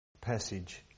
passage